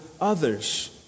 others